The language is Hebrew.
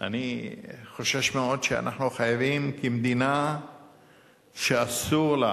אני חושש מאוד שאנחנו חייבים, כמדינה שאסור לה